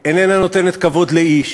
איננה נותנת כבוד לאיש,